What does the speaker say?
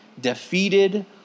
defeated